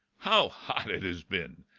how hot it has been.